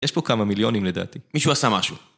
יש פה כמה מיליונים לדעתי. מישהו עשה משהו.